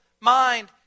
mind